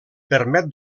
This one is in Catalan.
permet